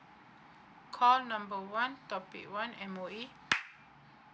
call number one topic one M_O_E